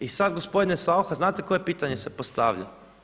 I sad gospodine Saucha, znate koje pitanje se postavlja?